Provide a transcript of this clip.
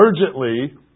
urgently